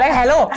hello